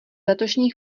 letošních